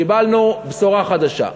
קיבלנו בשורה חדשה,